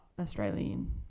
Australian